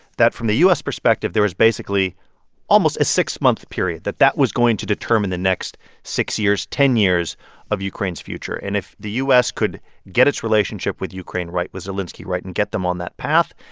that from the u s. perspective, there was basically almost a six-month period that that was going to determine the next six years, ten years of ukraine's future. and if the u s. could get its relationship with ukraine right, with zelenskiy right, and get them on that path,